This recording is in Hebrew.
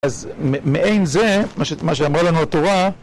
אז מעין זה, מה שאמרה לנו התורה...